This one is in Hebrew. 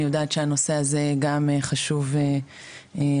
אני יודעת שהנושא זה גם חשוב עבורו.